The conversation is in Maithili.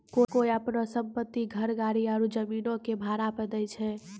कोय अपनो सम्पति, घर, गाड़ी आरु जमीनो के भाड़ा पे दै छै?